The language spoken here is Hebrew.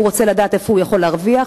הוא רוצה לדעת איפה הוא יכול להרוויח,